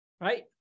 right